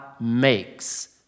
makes